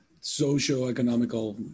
socio-economical